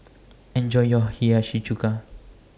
Enjoy your Hiyashi Chuka